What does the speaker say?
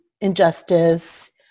injustice